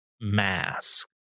mask